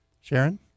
Sharon